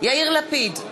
יאיר לפיד,